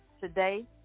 Today